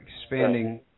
expanding